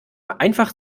einfach